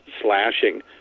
slashing